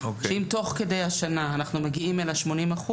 שאם תוך כדי השנה אנחנו מגיעים אל ה-80%,